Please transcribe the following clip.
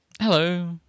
Hello